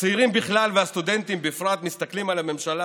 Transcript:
הצעירים בכלל והסטודנטים בפרט מסתכלים על הממשלה